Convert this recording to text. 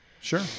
Sure